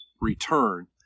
return